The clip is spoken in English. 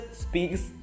speaks